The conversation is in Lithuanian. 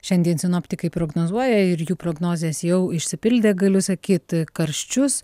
šiandien sinoptikai prognozuoja ir jų prognozės jau išsipildė galiu sakyt karščius